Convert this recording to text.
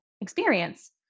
experience